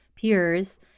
peers